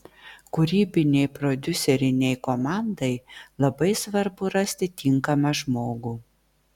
kūrybinei prodiuserinei komandai labai svarbu rasti tinkamą žmogų